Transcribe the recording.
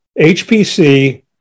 HPC